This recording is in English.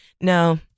no